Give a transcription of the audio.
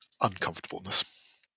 uncomfortableness